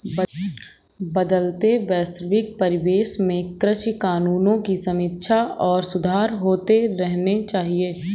बदलते वैश्विक परिवेश में कृषि कानूनों की समीक्षा और सुधार होते रहने चाहिए